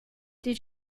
did